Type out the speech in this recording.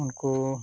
ᱩᱱᱠᱩ